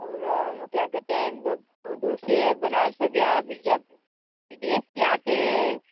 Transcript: और क्या कहते हैं दूर दूर से बनारस हो गया बीजापुर विदेश से आते हैं